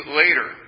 later